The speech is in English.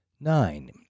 Nine